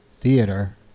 Theater